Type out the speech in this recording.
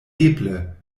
eble